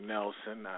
Nelson